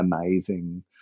amazing